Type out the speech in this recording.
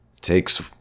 takes